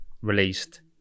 released